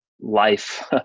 life